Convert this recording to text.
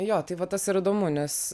jo tai va tas ir įdomu nes